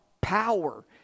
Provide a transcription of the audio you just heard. power